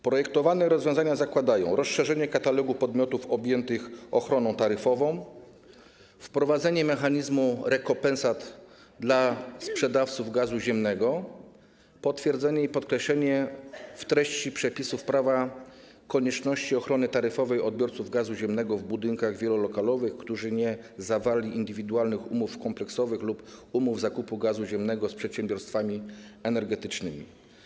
Projektowane rozwiązania zakładają rozszerzenie katalogu podmiotów objętych ochroną taryfową, wprowadzenie mechanizmu rekompensat dla sprzedawców gazu ziemnego, potwierdzenie i podkreślenie w treści przepisów prawa konieczności ochrony taryfowej odbiorców gazu ziemnego w budynkach wielolokalowych, którzy nie zawarli indywidualnych umów kompleksowych lub umów zakupu gazu ziemnego z przedsiębiorstwami energetycznymi.